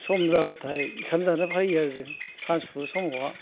सम जाबाथाय ओंखाम जानो फैयो आरो जों सानजौफु समावहाय